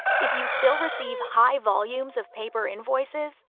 if you still receive high volumes of paper invoices,